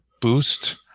boost